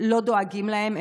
לא דואגים להם.